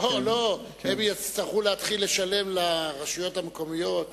לא, הן יצטרכו להתחיל לשלם לרשויות המקומיות.